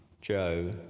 Joe